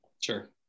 Sure